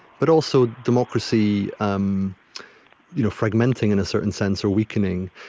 but also, democracy um you know fragmenting in a certain sense, or weakening,